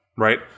right